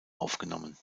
aufgenommen